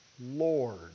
Lord